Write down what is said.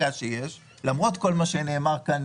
חלק מהן?